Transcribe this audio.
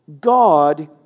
God